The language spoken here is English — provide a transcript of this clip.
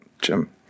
Jim